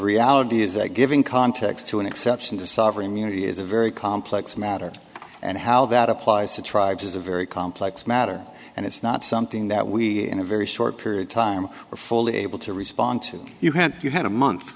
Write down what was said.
reality is that giving context to an exception to sovereign immunity is a very complex matter and how that applies to tribes is a very complex matter and it's not something that we in a very short period time are fully able to respond to you have you had a month